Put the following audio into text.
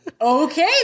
okay